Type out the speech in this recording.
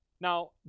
Now